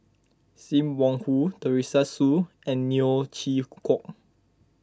Sim Wong Hoo Teresa Hsu and Neo Chwee Kok